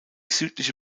südliche